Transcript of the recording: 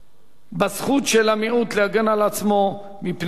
בזכות של המיעוט להגן על עצמו מפני הרוב